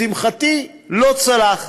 לשמחתי, לא צלח.